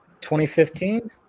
2015